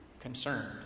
concerned